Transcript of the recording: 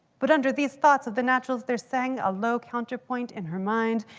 but under these thoughts of the naturals there sang a low counterpoint in her mind.